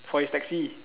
for his taxi